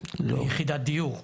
ליחידת דיור.